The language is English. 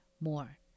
more